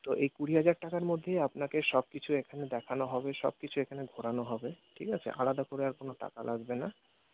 তো এই কুড়ি হাজার টাকার মধ্যেই আপনাকে সব কিছু এখানে দেখানো হবে সব কিছু এখানে ঘোরানো হবে ঠিক আছে আলাদা করে আর কোনো টাকা লাগবে না